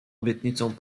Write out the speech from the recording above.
obietnicą